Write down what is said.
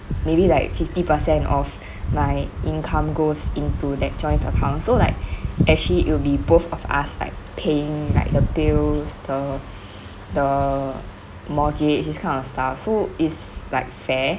maybe like fifty percent of my income goes into that joint account so like actually it will be both of us like paying like the bills the the mortgage this kind of stuff so it's like fair